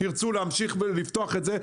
שירצו להמשיך ולפתוח את זה.